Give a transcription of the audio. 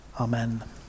Amen